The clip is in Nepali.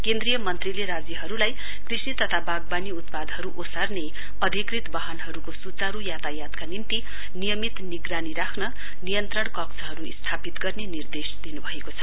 केन्द्रीय मन्त्रीले राज्यहरूलाई कृषि तथा वाग्वानी उत्पादहरू ओसार्ने अधिकृत वाहनहरूको सुचारू यातायातका निम्ति नियमित निगरानी राख्न नियन्त्रण वा स्थापित गर्ने निर्देश दिनुभएको छ